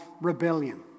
rebellion